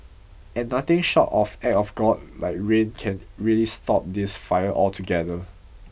and nothing short of act of god like rain can really stop this fire altogether